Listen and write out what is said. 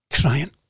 crying